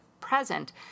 present